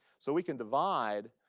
so we can divide